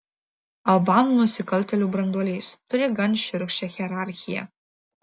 albanų nusikaltėlių branduolys turi gan šiurkščią hierarchiją